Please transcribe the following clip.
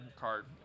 card